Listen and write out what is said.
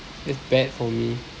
that's bad for me